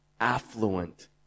affluent